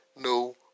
No